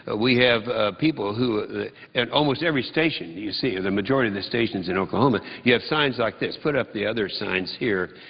ah we have people who at almost every station you see at the majority of the stations in oklahoma, you have signs like this. put up the other signs here.